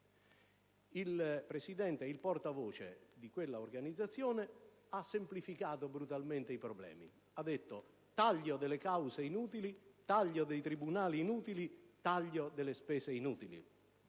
Il Presidente di quella organizzazione ha semplificato brutalmente i problemi proponendo il taglio delle cause inutili, il taglio dei tribunali inutili, il taglio delle spese inutili.